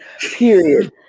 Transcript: Period